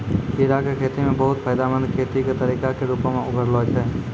कीड़ा के खेती बहुते फायदामंद खेती के तरिका के रुपो मे उभरलो छै